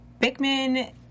Bickman